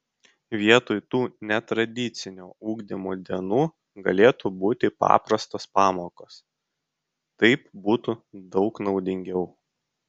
vietoj tų netradicinio ugdymo dienų galėtų būti paprastos pamokos taip būtų daug naudingiau